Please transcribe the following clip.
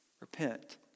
repent